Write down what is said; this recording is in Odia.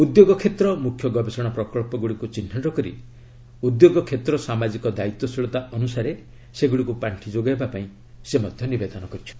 ଉଦ୍ୟୋଗ କ୍ଷେତ୍ର ମୁଖ୍ୟ ଗବେଷଣା ପ୍ରକଳ୍ପଗୁଡ଼ିକୁ ଚିହ୍ନଟ କରି 'ଉଦ୍ୟୋଗ କ୍ଷେତ୍ର ସାମାଜିକ ଦାୟିତ୍ୱଶିଳତା' ଅନୁସାରେ ସେଗୁଡ଼ିକୁ ପାଣ୍ଠି ଯୋଗାଇବାକୁ ସେ ନିବେଦନ କରିଚ୍ଛନ୍ତି